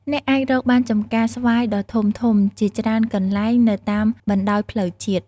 អ្នកអាចរកបានចម្ការស្វាយដ៏ធំៗជាច្រើនកន្លែងនៅតាមបណ្តោយផ្លូវជាតិ។